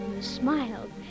smiled